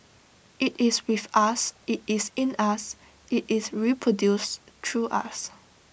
IT is with us IT is in us IT is reproduced through us